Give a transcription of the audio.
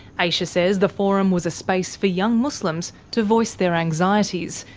aisha says the forum was a space for young muslims to voice their anxieties,